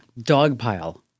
Dogpile